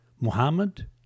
Muhammad